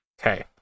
Okay